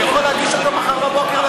אני יכול להגיש אותו מחר בבוקר לוועדת שרים.